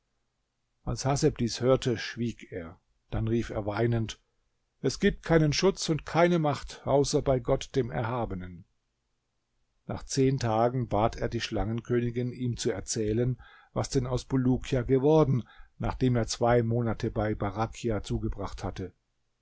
als haseb dies hörte schwieg er dann rief er weinend es gibt keinen schutz und keine macht außer bei gott dem erhabenen nach zehn tagen bat er die schlangenkönigin ihm zu erzählen was denn aus bulukia geworden nachdem er zwei monate bei barachja zugebracht hatte